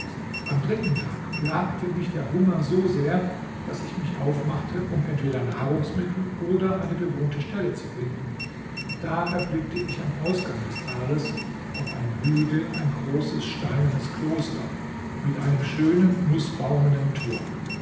am dritten tag plagte mich der hunger so sehr daß ich mich aufmachte um entweder nahrungsmittel oder eine bewohnte stelle zu finden da erblickte ich am ausgang des tales auf einem hügel ein großes steinernes kloster mit einem schönen nußbaumenen tor